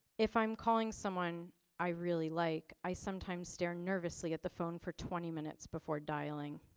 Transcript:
if i'm calling someone i really like i sometimes stare nervously at the phone for twenty minutes before dialing.